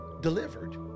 delivered